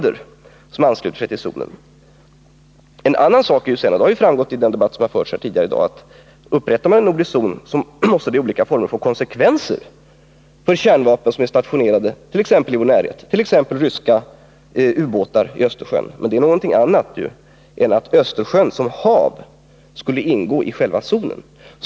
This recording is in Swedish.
En annan sak är att det, om man upprättar en kärnvapenfri nordisk zon, får konsekvenser för de kärnvapen som är stationerade i närheten, t.ex. på de ryska ubåtarna i Östersjön. Men det är någonting annat än att Östersjön som hav skulle ingå i själva zonen.